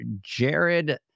Jared